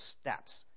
steps